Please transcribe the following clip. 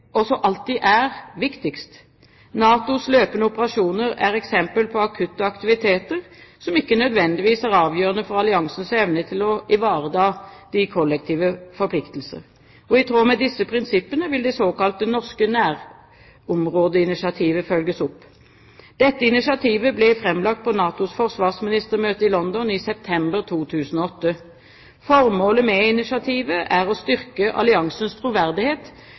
alltid er viktigst. NATOs løpende operasjoner er eksempel på akutte aktiviteter som ikke nødvendigvis er avgjørende for alliansens evne til å ivareta de kollektive forpliktelser. I tråd med disse prinsippene vil det såkalte norske nærområdeinitiativet følges opp. Dette initiativet ble framlagt på NATOs forsvarsministermøte i London i september 2008. Formålet med initiativet er å styrke alliansens troverdighet